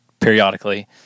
periodically